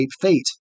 fate